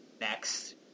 next